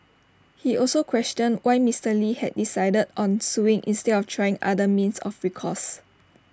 he also questioned why Mister lee had decided on suing instead of trying other means of recourse